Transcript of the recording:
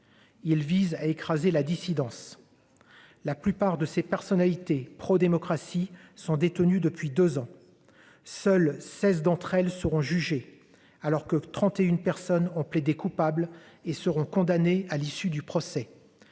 Il vise à écraser la dissidence. La plupart de ces personnalités pro-démocratie sont détenus depuis 2 ans. Seuls 16 d'entre elles seront jugées alors que 31 personnes ont plaidé coupable et seront condamnés à l'issue du procès.